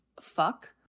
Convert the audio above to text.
fuck